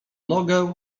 nogę